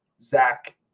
Zach